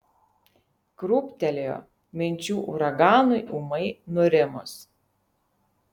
krūptelėjo minčių uraganui ūmai nurimus